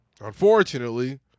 Unfortunately